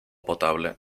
potable